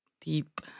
deep